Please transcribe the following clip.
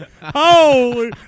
Holy